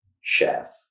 chef